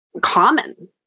common